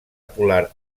polar